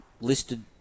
listed